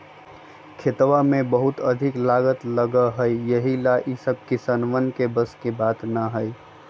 खेतवा में लागत बहुत अधिक लगा हई यही ला ई सब किसनवन के बस के बात ना हई